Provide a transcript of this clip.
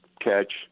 catch